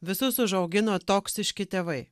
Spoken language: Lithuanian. visus užaugino toksiški tėvai